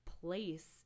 place